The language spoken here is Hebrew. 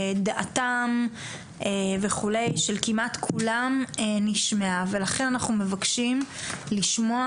דעתן וכולי כמעט של כולם נשמעה ולכן אנחנו מבקשים לשמוע